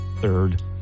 third